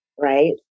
right